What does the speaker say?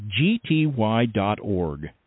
gty.org